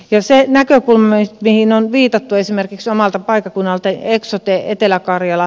sitten näkökulma mihin on viitattu esimerkiksi omalta paikkakunnaltani eksote etelä karjala